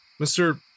Mr